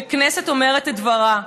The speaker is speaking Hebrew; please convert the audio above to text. והכנסת אומרת את דברה.